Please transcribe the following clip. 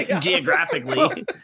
geographically